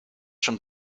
schon